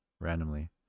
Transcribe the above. randomly